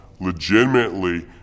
legitimately